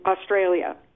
Australia